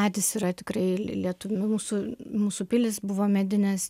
medis yra tikrai lie lietuvių mūsų mūsų pilys buvo medinės